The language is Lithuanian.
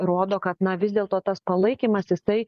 rodo kad na vis dėlto tas palaikymas jisai